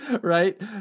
Right